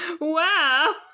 Wow